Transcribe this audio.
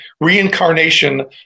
reincarnation